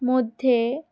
মধ্যে